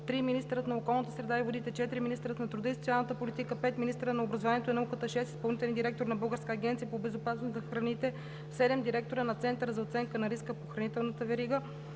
3. министърът на околната среда и водите; 4. министърът на труда и социалната политика; 5. министърът на образованието и науката; 6. изпълнителният директор на Българската агенция по безопасност на храните; 7. директорът на Центъра за оценка на риска по хранителната верига;